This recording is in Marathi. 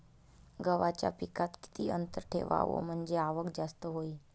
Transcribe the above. गव्हाच्या पिकात किती अंतर ठेवाव म्हनजे आवक जास्त होईन?